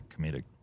comedic